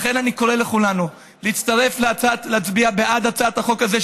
לכן אני קורא לכולנו להצטרף להצביע בעד הצעת החוק הזאת,